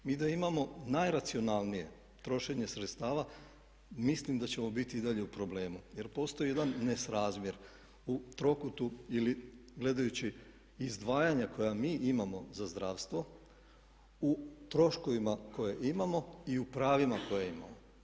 Mi da imamo najracionalnije trošenje sredstava mislim da ćemo biti i dalje u problemu jer postoji jedan nesrazmjer u trokutu ili gledajući izdvajanja koja mi imamo za zdravstvo u troškovima koje imamo i u pravima koje imamo.